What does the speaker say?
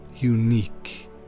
unique